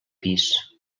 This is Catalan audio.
pis